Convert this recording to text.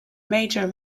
major